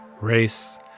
race